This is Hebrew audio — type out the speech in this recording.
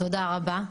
תודה רבה.